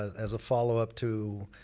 as a followup to